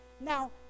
Now